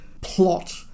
plot